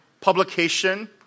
publication